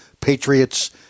Patriots